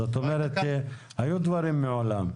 זאת אומרת, היו דברים מעולם.